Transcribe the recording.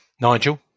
Nigel